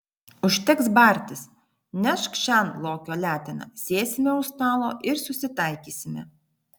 užteks bartis nešk šen lokio leteną sėsime už stalo ir susitaikysime